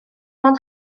ond